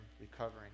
recovering